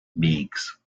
meigs